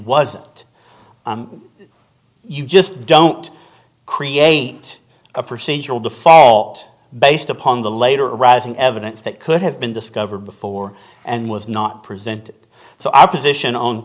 was you just don't create a procedural default based upon the later arising evidence that could have been discovered before and was not present so our position o